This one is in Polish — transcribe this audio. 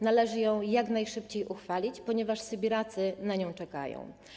Należy ją jak najszybciej uchwalić, ponieważ sybiracy na nią czekają.